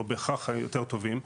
לא בהכרח יותר טובים,